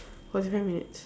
forty five minutes